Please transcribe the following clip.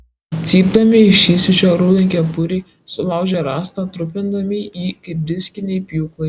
cypdami iš įsiūčio raudonkepuriai sulaužė rąstą trupindami jį kaip diskiniai pjūklai